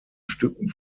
stücken